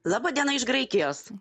labadiena iš graikijos